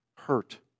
hurt